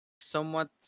somewhat